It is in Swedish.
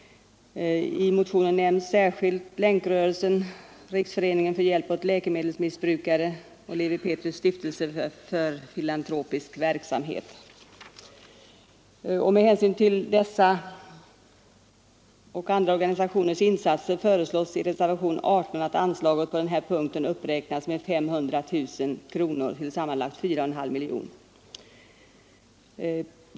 I motionen nämns särskilt Länkrörelsen, Riksförbundet för hjälp åt läkemedelsmissbrukare och Lewi Pethrus” stiftelse för filantropisk verksamhet. Med hänsyn till dessa och andra organisationers insatser föreslås i reservation 18 att anslaget på denna punkt uppräknas med 500 000 kronor till sammanlagt 4,5 miljoner kronor.